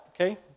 okay